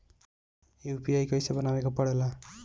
UPI कइसे बनावे के परेला?